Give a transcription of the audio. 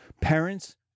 Parents